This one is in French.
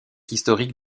historique